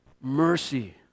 mercy